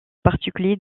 particulier